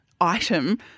item